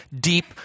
deep